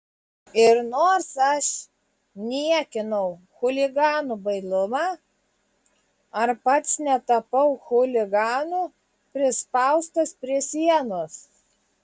ir nors aš niekinau chuliganų bailumą ar pats netapau chuliganu prispaustas prie sienos